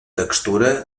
textura